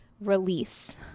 release